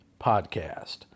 podcast